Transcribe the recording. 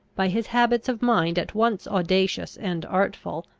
by his habits of mind at once audacious and artful,